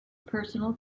personal